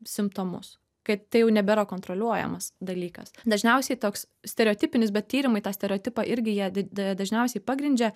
simptomus kad tai jau nebėra kontroliuojamas dalykas dažniausiai toks stereotipinis bet tyrimai tą stereotipą irgi jie d dažniausiai pagrindžia